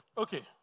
Okay